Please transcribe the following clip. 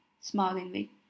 smilingly